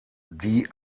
die